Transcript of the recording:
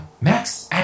Max